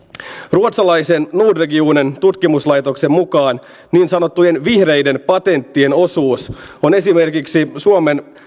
ruotsalaisen nordregio tutkimuslaitoksen mukaan niin sanottujen vihreiden patenttien osuus on esimerkiksi